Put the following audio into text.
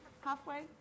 halfway